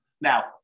Now